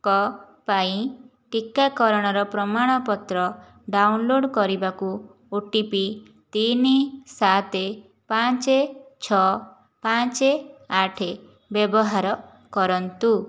ଙ୍କ ପାଇଁ ଟିକାକରଣର ପ୍ରମାଣପତ୍ର ଡାଉନ୍ଲୋଡ଼୍ କରିବାକୁ ଓଟିପି ତିନି ସାତ ପାଞ୍ଚ ଛଅ ପାଞ୍ଚ ଆଠ ବ୍ୟବହାର କରନ୍ତୁ